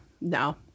no